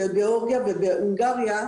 בגיאורגיה ובהונגריה,